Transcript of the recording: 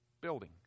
building